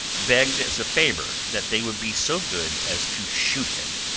begged as a favour that they would be so good as to shoot him.